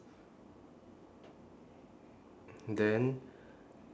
then